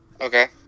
Okay